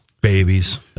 Babies